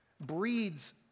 breeds